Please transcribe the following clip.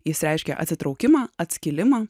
jis reiškia atsitraukimą atskilimą